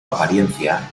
apariencia